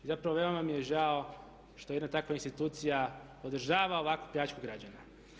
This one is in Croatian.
I zapravo veoma mi je žao što jedna takva institucija podržava ovakvu pljačku građana.